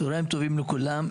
צוהריים טובים לכולם,